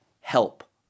help